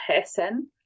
person